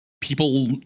people